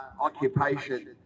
occupation